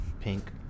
Pink